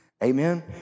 Amen